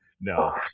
no